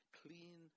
clean